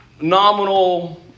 nominal